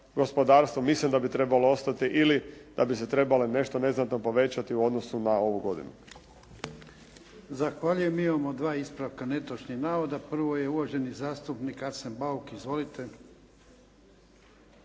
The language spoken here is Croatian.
gospodarstva. Mislim da bi trebalo ostati ili da bi se trebale nešto neznatno povećati u odnosu na ovu godinu.